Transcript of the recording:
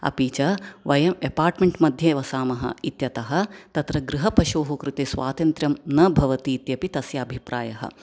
अपि च वयं एपार्टम्न्ट् मध्ये वसामः इत्यतः तत्र गृहपशुः कृते स्वातन्त्रयं न भवति इत्यपि तस्य अभिप्रायः